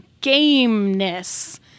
gameness